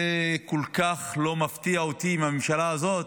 זה כל כך לא מפתיע אותי עם הממשלה הזו.